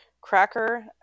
Cracker